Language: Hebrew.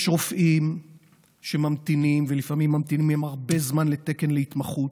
יש רופאים שממתינים לתקן התמחות,